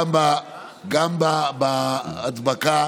גם בהדבקה.